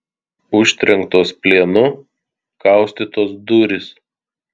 užtrenktos plienu kaustytos durys